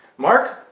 mark,